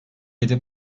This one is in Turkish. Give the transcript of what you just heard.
yedi